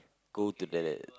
go to there there